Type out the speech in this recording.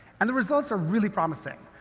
and the results are really promising.